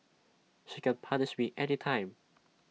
she can punish me anytime